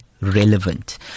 relevant